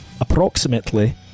Approximately